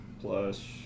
Plus